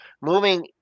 moving